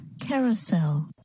Carousel